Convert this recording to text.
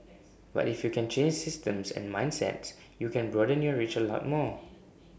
but if you can change systems and mindsets you can broaden your reach A lot more